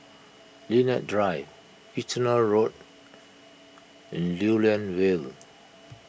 Lilac Drive Kitchener Road and Lew Lian Vale